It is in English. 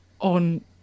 on